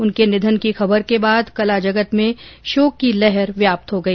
उनके निधन की खबर के बाद कला जगत में शोक की लहर व्याप्त हो गई